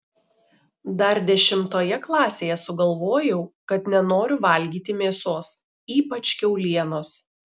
dar dešimtoje klasėje sugalvojau kad nenoriu valgyti mėsos ypač kiaulienos